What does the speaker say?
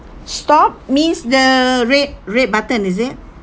stop means the red red button is it